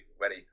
ready